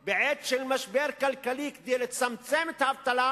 של משבר כלכלי, כדי לצמצם את האבטלה